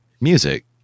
music